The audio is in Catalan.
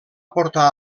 portar